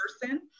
person